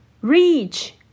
Reach